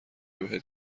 بهت